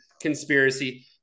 conspiracy